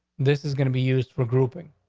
this is gonna be used for grouping.